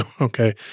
okay